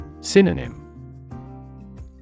Synonym